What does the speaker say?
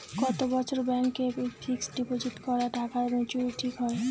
কত বছরে ব্যাংক এ ফিক্সড ডিপোজিট করা টাকা মেচুউরিটি হয়?